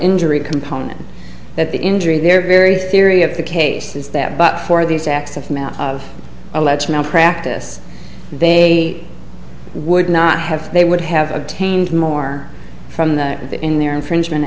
injury component that the injury they're very theory of the case is that but for these acts of alleged malpractise they would not have they would have obtained more from that in their infringement